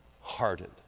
Hardened